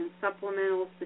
supplemental